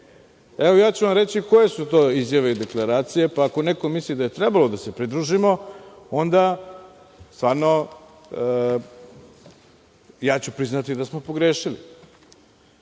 EU. Ja ću vam reći koje su to izjave i dekleracije, pa ako neko misli da je trebalo da se pridružimo, onda stvarno, ja ću priznati da smo pogrešili.